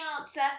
answer